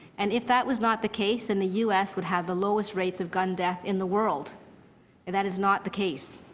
and if that was not the case than and the u s. would have the lowest rates of gun death in the world and that is not the case.